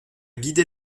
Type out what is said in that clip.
guidé